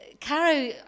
Caro